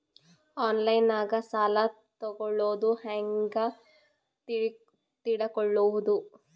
ಆನ್ಲೈನಾಗ ಸಾಲ ತಗೊಳ್ಳೋದು ಹ್ಯಾಂಗ್ ತಿಳಕೊಳ್ಳುವುದು?